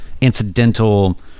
incidental